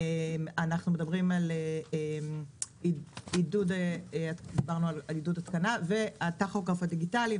אנחנו מדברים על עידוד התקנה והטכוגרף הדיגיטלי.